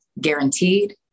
guaranteed